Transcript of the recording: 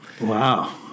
Wow